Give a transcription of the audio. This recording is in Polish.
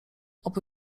oby